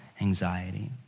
anxiety